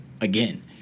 again